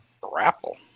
Grapple